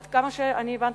עד כמה שאני הבנתי,